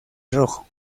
rojo